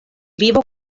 vivo